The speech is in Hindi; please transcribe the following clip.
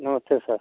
नमस्ते सर